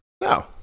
No